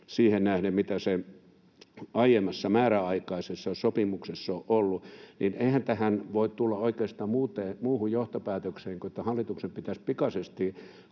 siihen nähden, mitä se aiemmassa määräaikaisessa sopimuksessa on ollut — niin eihän tässä voi tulla oikeastaan muuhun johtopäätökseen kuin siihen, että hallituksen pitäisi pikaisesti